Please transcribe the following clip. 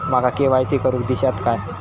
माका के.वाय.सी करून दिश्यात काय?